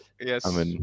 Yes